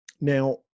Now